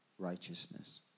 Righteousness